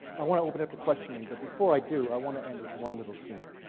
i wanna open up to questioning, but before i do i wanna end with one little scene.